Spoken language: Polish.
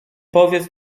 powiedz